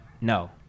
No